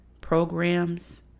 programs